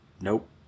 nope